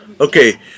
Okay